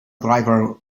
driver